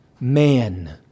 man